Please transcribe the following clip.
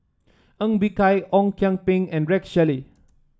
Ng Bee Kia Ong Kian Peng and Rex Shelley